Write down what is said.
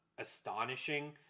astonishing